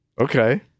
Okay